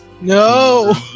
No